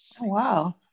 Wow